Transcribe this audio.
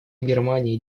германии